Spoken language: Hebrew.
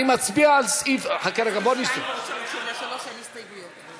אני מצביע על סעיף, לסעיף 3 אין הסתייגויות,